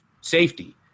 safety